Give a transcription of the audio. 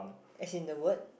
as in the word